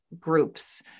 groups